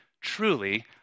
truly